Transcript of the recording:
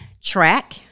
track